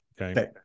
okay